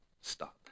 stop